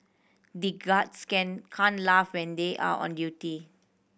the guards can can't laugh when they are on duty